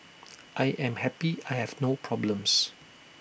I am happy I have no problems